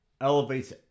elevates